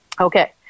Okay